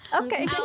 Okay